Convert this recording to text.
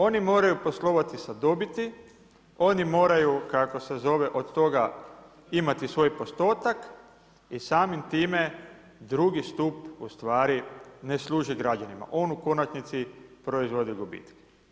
Oni moraju poslovati sa dobiti, oni moraju od toga imati svoj postotak i samim time drugi stup ustvari ne služi građanima, on u konačnici proizvodi gubitke.